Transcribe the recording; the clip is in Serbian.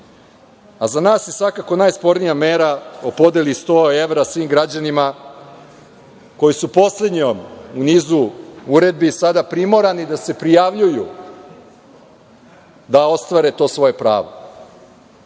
a za nas je svakako najspornija mera o podeli sto evra svim građanima koji su poslednjom u nizu uredbi, sada primorani da se prijavljuju da ostvare to svoje pravo. Mi